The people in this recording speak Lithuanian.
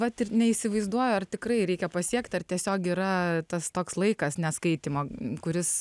vat ir neįsivaizduoju ar tikrai reikia pasiekt ar tiesiog yra tas toks laikas neskaitymo kuris